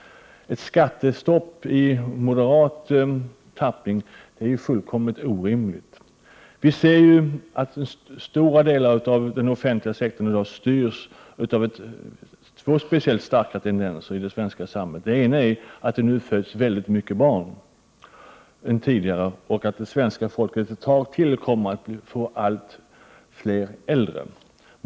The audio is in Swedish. Ett skattestopp i moderat tappning är fullkomligt orimligt. Vi ser juattstora delar av den offentliga sektorn i dag styrs av två starka tendenser i det svenska samhället. Den ena är att det nu föds mycket fler barn än tidigare, och den andra tendensen är att det svenska folket ett tag till kommer att få allt fler äldre.